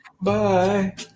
Bye